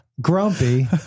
Grumpy